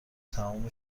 تموم